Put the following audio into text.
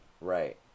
right